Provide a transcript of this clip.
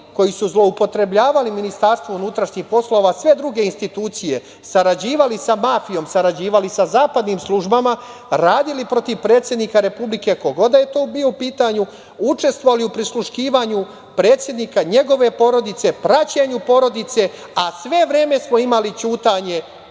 koji su zloupotrebljavali MUP, sve druge institucije, sarađivali sa mafijom, sarađivali sa zapadnim službama, radili protiv predsednika republike, ko god da je tu bio u pitanju, učestvovali u prisluškivanju predsednika, njegove porodice, praćenju porodice, a sve vreme smo imali ćutanje,